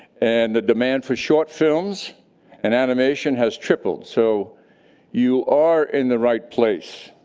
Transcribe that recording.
and the demand for short films and animation has tripled, so you are in the right place.